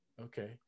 Okay